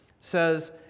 says